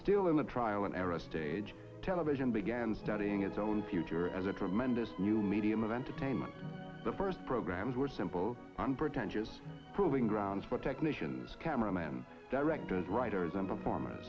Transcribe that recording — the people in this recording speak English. still in the trial and error stage television began studying its own future as a tremendous new medium of entertainment the first programs were simple unpretentious proving grounds for technicians cameramen directors writers and perform